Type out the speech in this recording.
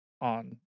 on